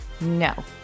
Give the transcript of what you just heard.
no